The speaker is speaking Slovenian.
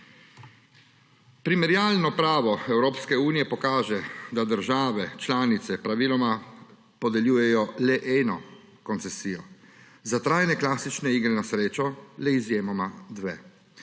Primerjalno pravo Evropske unije pokaže, da države članice praviloma podeljujejo le eno koncesijo, za trajne klasične igre na srečo le izjemoma dve.